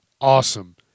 awesome